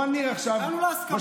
הגענו להסכמות.